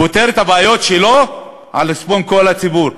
פותר את הבעיות שלו על חשבון כל הציבור.